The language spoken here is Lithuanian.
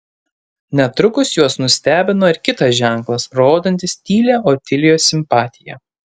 netrukus juos nustebino ir kitas ženklas rodantis tylią otilijos simpatiją